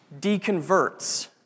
deconverts